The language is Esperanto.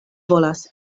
volas